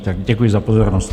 Tak děkuji za pozornost.